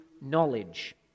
knowledge